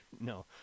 no